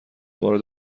وارد